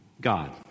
God